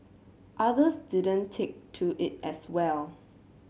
others didn't take to it as well